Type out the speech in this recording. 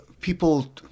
people